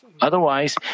Otherwise